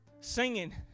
singing